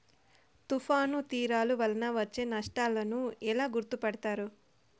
తుఫాను తీరాలు వలన వచ్చే నష్టాలను ఎలా గుర్తుపడతారు?